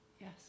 Yes